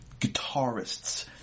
guitarists